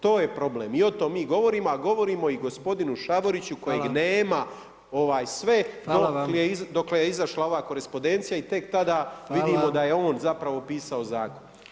To je problem i o tome mi govorimo, a govorimo i gospodinu Šavoriću kojeg nema sve dokle izašla ova korespondencija i tek tada vidimo, da je on zapravo pisao zakon.